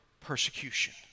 persecution